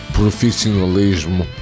profissionalismo